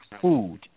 food